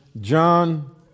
John